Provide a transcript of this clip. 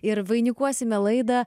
ir vainikuosime laidą